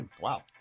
Wow